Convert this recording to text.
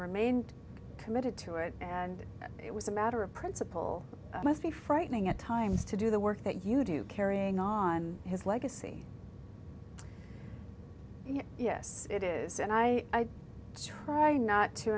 remained committed to it and it was a matter of principle must be frightening at times to do the work that you do carrying on his legacy yes it is and i try not to